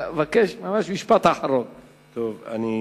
אני מבקש, ממש משפט אחרון.